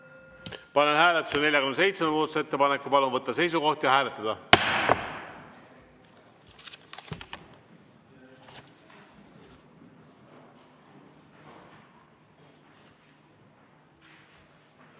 Panen hääletusele 56. muudatusettepaneku. Palun võtta seisukoht ja hääletada!